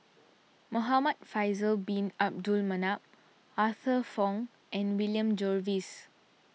Muhamad Faisal Bin Abdul Manap Arthur Fong and William Jervois